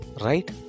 Right